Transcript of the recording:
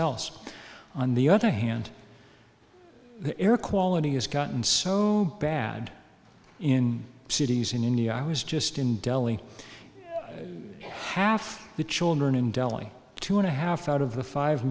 else on the other hand the air quality has gotten so bad in cities in india i was just in delhi half the children in delhi two and a half out of the five